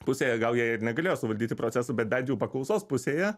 pusėje gal jie ir negalėjo suvaldyti procesų bet bent jau paklausos pusėje